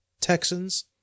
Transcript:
Texans